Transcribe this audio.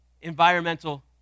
Environmental